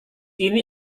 ini